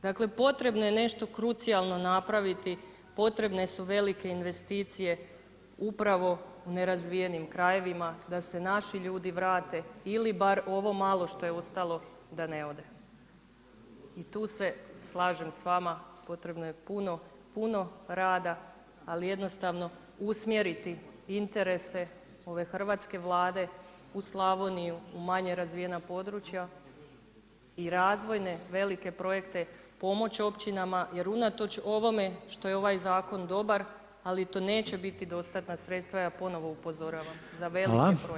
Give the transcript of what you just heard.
Dakle, potrebno je nešto krucijalno napraviti, potrebne su velike investicije upravi u nerazvijenim krajevima da se naši ljudi vrate ili bar ovo malo što je ostalo da ne ode i tu se slažem s vama, potrebno je puno, puno rada ali jednostavno usmjeriti interese ove hrvatske Vlade u Slavoniju, u manje razvijena područja i razvojne velike projekte, pomoći općinama jer unatoč ovome što je ovaj zakon dobar, ali to neće biti dostatna sredstva, ja ponovo upozoravam za velike projekte.